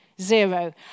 Zero